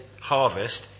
harvest